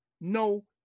no